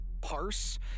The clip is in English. parse